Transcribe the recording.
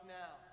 now